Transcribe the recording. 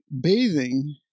bathing